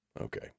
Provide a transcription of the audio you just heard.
Okay